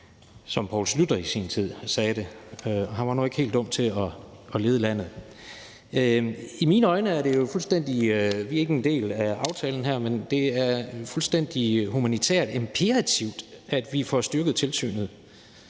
som Poul Schlüter i sin tid sagde det. Og han var nu ikke helt dum til at lede landet. Vi er ikke en del af aftalen her, men i mine øjne er det jo fuldstændig humanitært imperativt, at vi får styrket tilsynet